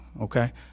Okay